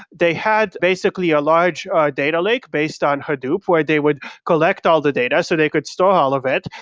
they had basically a large data lake based on hadoop, where they would collect all the data, so they could store all of it.